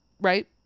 right